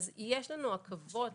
אז יש לנו עקבות,